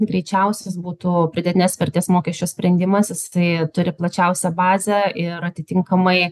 greičiausias būtų pridėtinės vertės mokesčio sprendimas jisai turi plačiausią bazę ir atitinkamai